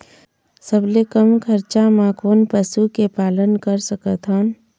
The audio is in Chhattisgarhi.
सबले कम खरचा मा कोन पशु के पालन कर सकथन?